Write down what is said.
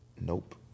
Nope